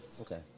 Okay